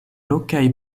rokaj